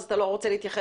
כן.